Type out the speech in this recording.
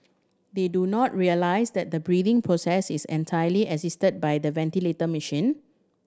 they do not realise that the breathing process is entirely assisted by the ventilator machine